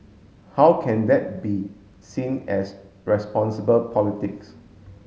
how can that be seen as responsible politics